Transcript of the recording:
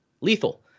lethal